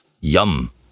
Yum